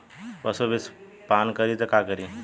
पशु विषपान करी त का करी?